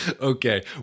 Okay